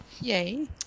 yay